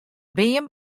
beam